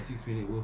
kira